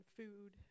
food